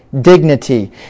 dignity